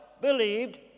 believed